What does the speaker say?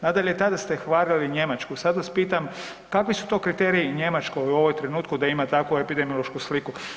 Nadalje, tada ste hvalili Njemačku, sad vas pitam, kakvi su to kriteriji u Njemačkoj u ovom trenutku da ima takvu epidemiološku sliku?